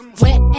wet